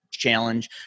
Challenge